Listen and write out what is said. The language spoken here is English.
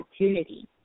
opportunity